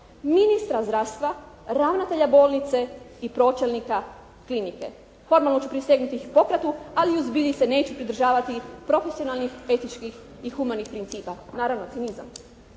ministra zdravstva, ravnatelja bolnice i pročelnika klinike. Formalno ću prisegnuti Hipokratu ali u zbilji se neću pridržavati profesionalnih, etičkih i humanih principa. Naravno, cinizam.".